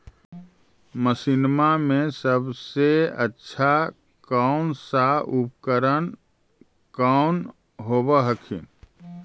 मसिनमा मे सबसे अच्छा कौन सा उपकरण कौन होब हखिन?